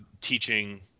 teaching